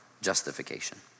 justification